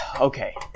okay